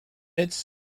its